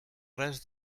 res